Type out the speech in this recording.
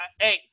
Hey